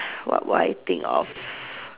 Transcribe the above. what what I think of